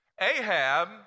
Ahab